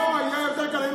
אולי היה יותר קל.